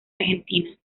argentina